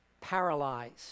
paralyzed